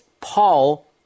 Paul